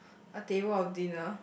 a table of dinner